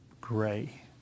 gray